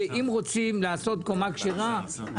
שאם רוצים לעשות קומה כשרה,